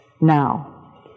now